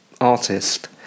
artist